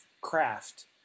craft